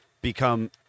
become